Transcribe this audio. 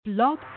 Blog